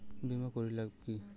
বিমা করির লাভ কি?